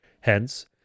Hence